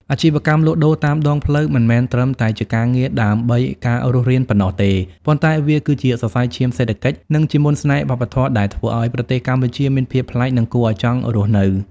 អាជីវកម្មលក់ដូរតាមដងផ្លូវមិនមែនត្រឹមតែជាការងារដើម្បីការរស់រានប៉ុណ្ណោះទេ ប៉ុន្តែវាគឺជាសរសៃឈាមសេដ្ឋកិច្ច និងជាមន្តស្នេហ៍វប្បធម៌ដែលធ្វើឱ្យប្រទេសកម្ពុជាមានភាពប្លែក និងគួរឱ្យចង់រស់នៅ។